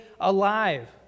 alive